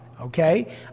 okay